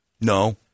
no